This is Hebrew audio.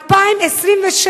2026?